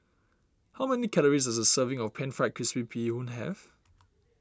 how many calories does a serving of Pan Fried Crispy Bee Hoon have